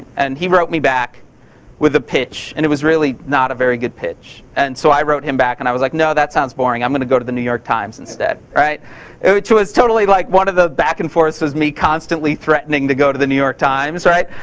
and he wrote me back with a pitch and it was really not a very good pitch. and so, i wrote him back. and i was like, no, that sounds boring. i'm gonna go to the new york times instead. which was totally like one of the back and forths was me constantly threatening to go to the new york times.